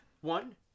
One